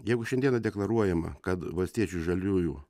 jeigu šiandieną deklaruojama kad valstiečių žaliųjų